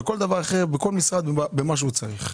לכל משרד במה שהוא צריך.